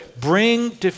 bring